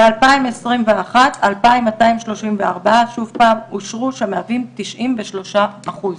בשנת 2021 אושרו 2,234 שמהווים 93 אחוזים.